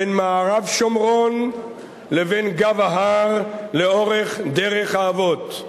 בין מערב השומרון לבין גב ההר לאורך דרך האבות.